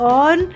on